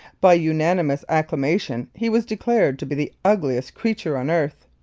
by unanimous acclamation he was declared to be the ugliest creature on earth.